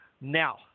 Now